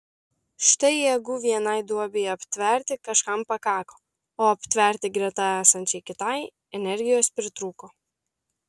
štai jėgų vienai duobei aptverti kažkam pakako o aptverti greta esančiai kitai energijos pritrūko